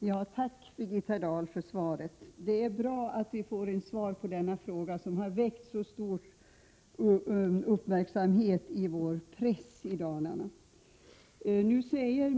Herr talman! Tack för svaret, Birgitta Dahl. Det är bra att vi får svar på denna fråga, som har väckt så stor uppmärksamhet i vår press i Dalarna.